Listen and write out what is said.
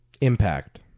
Impact